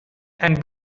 and